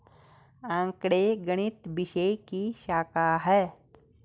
आंकड़े गणित विषय की शाखा हैं